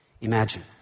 Imagine